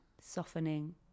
softening